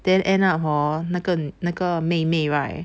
then end up hor 那个那个妹妹 right